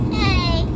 hey